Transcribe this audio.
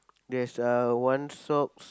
there's uh one socks